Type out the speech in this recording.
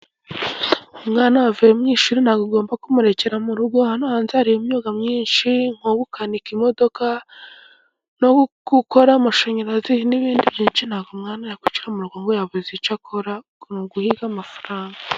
Umwana wavuye mu ishuri ntabwo ugomba kumurekera mu rugo, hano hanze hariho imyuga myinshi nko gukanika imodoka, no gukora amashanyarazi n'ibindi byinshi, ntabwo umwana yakwicara mu rugo ngo yabuze icyo akoraagomba guhiga amafaranga.